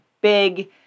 big